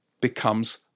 becomes